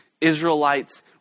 Israelites